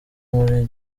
muri